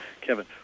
Kevin